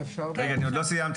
אפרופו מה שנשאלנו קודם,